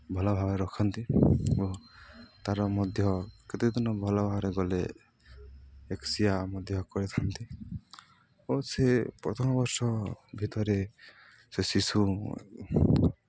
ଭଲ ଭାବରେ ରଖନ୍ତି ଓ ତା'ର ମଧ୍ୟ କେତେ ଦିନ ଭଲ ଭାବରେ ଗଲେ ଏକୋଇଶିଆ ମଧ୍ୟ କରିଥାନ୍ତି ଓ ସେ ପ୍ରଥମ ବର୍ଷ ଭିତରେ ସେ ଶିଶୁ